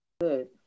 good